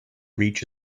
reach